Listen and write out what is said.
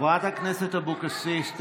חברת הכנסת אבקסיס,